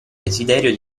desiderio